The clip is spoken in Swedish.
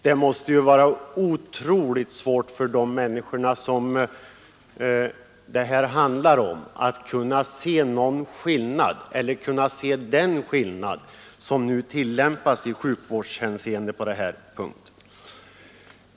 Det måste ju vara otroligt svårt för de människor som det här handlar om att se den skillnad som nu tillämpas i sjukförsäkringshänseende på den här punkten.